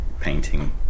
painting